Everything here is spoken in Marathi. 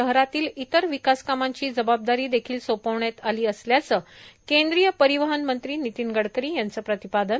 शहरातील इतर विकासकामांची जबाबदारी देखील सोपविण्यात आली असल्याचं केंद्रीय परिवहन मंत्री नितीन गडकरी यांच प्रतिपादन